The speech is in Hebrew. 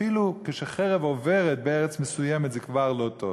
שאפילו כשחרב עוברת בארץ מסוימת זה כבר לא טוב.